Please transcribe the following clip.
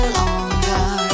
longer